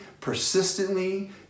persistently